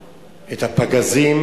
את הפגזים